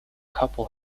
couple